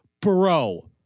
bro